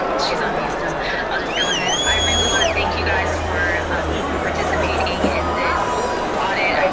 she's on mute, so i'll just go ahead. i really want to thank you guys for um participating in this audit, and